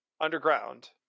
underground